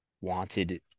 wanted